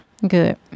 good